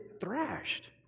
thrashed